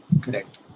Correct